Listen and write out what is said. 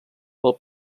pel